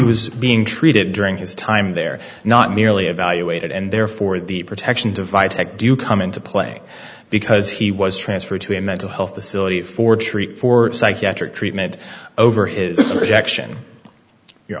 was being treated during his time there not merely evaluated and therefore the protection device tech do come into play because he was transferred to a mental health facility for treat for psychiatric treatment over his objection your